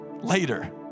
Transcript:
later